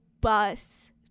bus